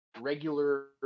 regular